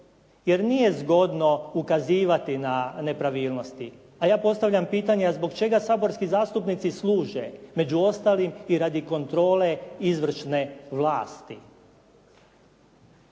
jer nije zgodno ukazivati na nepravilnosti. A ja postavljam pitanje a zbog čega saborski zastupnici služe? Među ostalim i radi kontrole izvršne vlasti.